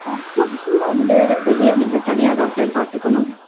ஆ ஃபுட்டு வந்து வெளியே நீங்கள் தனியாக தான் சார் பார்த்துக்கணும்